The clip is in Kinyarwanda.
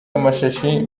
amashashi